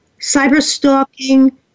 cyber-stalking